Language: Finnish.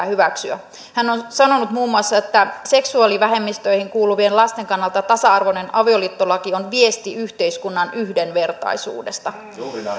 hyväksyä hän on sanonut muun muassa että seksuaalivähemmistöihin kuuluvien lasten kannalta tasa arvoinen avioliittolaki on viesti yhteiskunnan yhdenvertaisuudesta